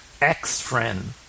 ex-friend